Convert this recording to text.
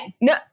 no